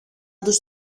τους